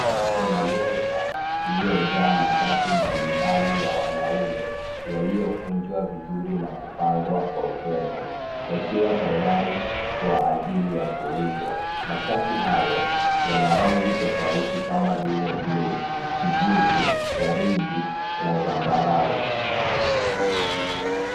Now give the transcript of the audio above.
Kuna meza iliyojaa mashati mbalimbali ya wanaume yaliyikunjwa vizuri na kupangwa kwa urembo, yakiwa tayari kwa ajili ya kuuzwa. Mashati hayo, yana rangi tofauti kama vile buluu, kijivu, waridi na zambarau.